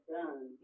done